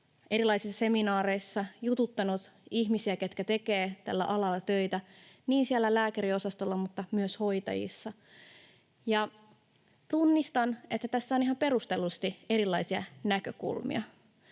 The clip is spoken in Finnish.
erilaisia seminaareja, jututtanut ihmisiä, ketkä tekevät tällä alalla töitä niin siellä lääkäriosastolla kuin myös hoitajaosastolla, ja tunnistan, että tässä on ihan perustellusti erilaisia näkökulmia.